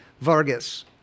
Vargas